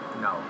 No